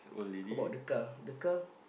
how about the car the car